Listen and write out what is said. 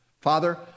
Father